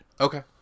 okay